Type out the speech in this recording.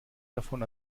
davon